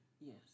Yes